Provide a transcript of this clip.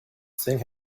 thing